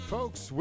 Folks